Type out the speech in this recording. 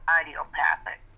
idiopathic